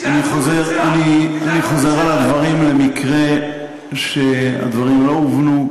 אני חוזר על הדברים, למקרה שהדברים לא הובנו,